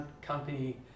company